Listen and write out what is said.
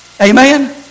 Amen